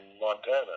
Montana